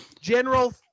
General